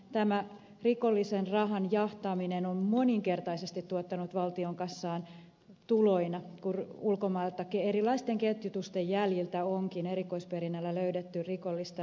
tämä rikollisen rahan jahtaaminen on moninkertaisesti tuottanut valtion kassaan tuloja kun ulkomailtakin erilaisten ketjutusten jäljiltä onkin erikoisperinnällä löydetty rikollista rahaa takaisin suomeen